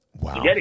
Wow